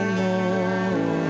more